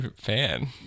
fan